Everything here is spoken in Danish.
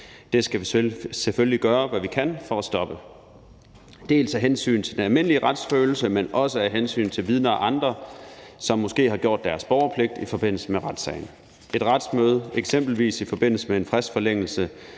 Det skal vi selvfølgelig gøre hvad vi kan for at stoppe, dels af hensyn til den almindelige retsfølelse, dels af hensyn til vidner og andre, som måske har gjort deres borgerpligt i forbindelse med retssagen. Et retsmøde – eksempelvis i forbindelse med en fristforlængelse